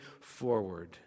forward